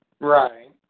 Right